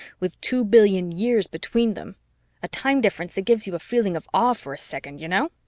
with two billion years between them a time-difference that gives you a feeling of awe for a second, you know.